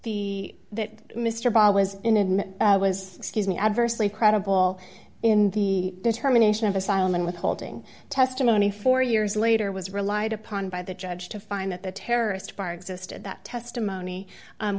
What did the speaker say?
the that mr ball was in and was excuse me adversely credible in the determination of asylum and withholding testimony four years later was relied upon by the judge to find that the terrorist bar existed that testimony